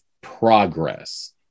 progress